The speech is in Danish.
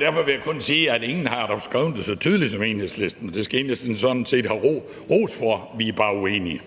Derfor vil jeg dog kun sige, at ingen har skrevet det så tydeligt som Enhedslisten, og det skal Enhedslisten sådan set have ros for. Vi er bare uenige.